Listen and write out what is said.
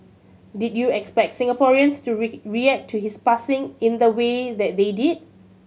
did you expect Singaporeans to react to his passing in the way that they did